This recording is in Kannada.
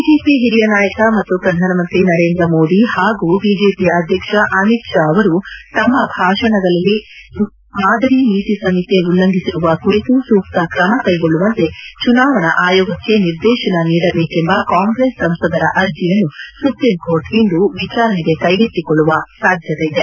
ಬಿಜೆಪಿ ಹಿರಿಯ ನಾಯಕ ಮತ್ತು ಪ್ರಧಾನಮಂತ್ರಿ ನರೇಂದ್ರ ಮೋದಿ ಹಾಗೂ ಬಿಜೆಪಿ ಅಧ್ಯಕ್ಷ ಅಮಿತ್ ಷಾ ಅವರು ತಮ್ಮ ಭಾಷಣಗಳಲ್ಲಿ ಮಾದರಿ ನೀತಿಸಂಹಿತೆ ಉಲ್ಲಂಘಿಸಿರುವ ಕುರಿತು ಸೂಕ್ತ ಕ್ರಮ ಕೈಗೊಳ್ಳುವಂತೆ ಚುನಾವಣಾ ಆಯೋಗಕ್ಕೆ ನಿರ್ದೇಶನ ನೀಡಬೇಕೆಂಬ ಕಾಂಗ್ರೆಸ್ ಸಂಸದರ ಅರ್ಜಿಯನ್ನು ಸುಪ್ರೀಂಕೋರ್ಟ್ ಇಂದು ವಿಚಾರಣೆಗೆ ಕೈಗೆತ್ತಿಕೊಳ್ಳುವ ಸಾಧ್ಯತೆ ಇದೆ